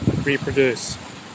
reproduce